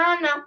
No